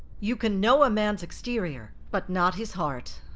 you can know a man's exterior but not his heart.